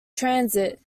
transit